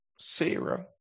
Sarah